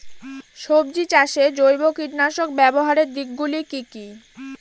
সবজি চাষে জৈব কীটনাশক ব্যাবহারের দিক গুলি কি কী?